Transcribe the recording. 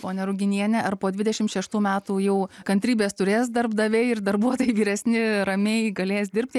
ponia ruginiene ar po dvidešim šeštų metų jau kantrybės turės darbdaviai ir darbuotojai vyresni ramiai galės dirbti